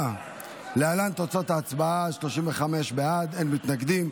להלן תוצאות ההצבעה: 35 בעד, אין מתנגדים.